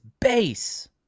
base